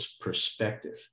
perspective